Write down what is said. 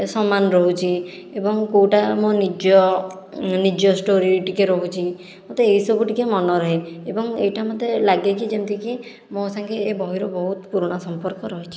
ସମାନ ରହୁଛି ଏବଂ କେଉଁଟା ମୋ ନିଜ ନିଜ ଷ୍ଟୋରି ଟିକିଏ ରହୁଛି ମୋତେ ଏଇ ସବୁ ଟିକିଏ ମନେ ରୁହେ ଏବଂ ଏଇଟା ମୋତେ ଲାଗେ କି ଯେମତିକି ମୋ ସଙ୍ଗେ ଏ ବହିର ବହୁତ ପୁରୁଣା ସମ୍ପର୍କ ରହିଛି